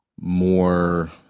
more